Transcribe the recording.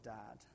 dad